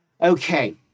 Okay